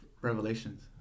Revelations